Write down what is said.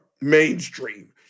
mainstream